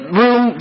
room